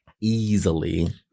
easily